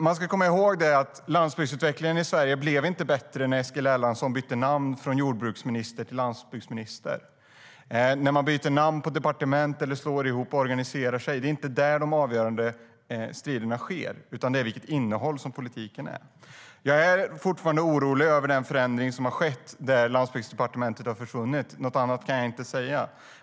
Man ska komma ihåg att landsbygdsutvecklingen inte blev bättre när Eskil Erlandsson bytte namn från jordbruksminister till landsbygdsminister. När man byter namn på departement, slår ihop eller reorganiserar sig är det inte då de avgörande striderna sker, utan det är när man väljer vilket innehåll politiken ska få. Jag är fortfarande orolig för den förändring som har skett när Landsbygdsdepartementet har försvunnit; något annat kan jag inte säga.